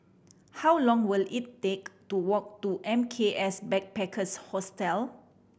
how long will it take to walk to M K S Backpackers Hostel